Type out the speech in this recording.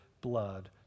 blood